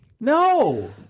No